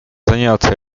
заняться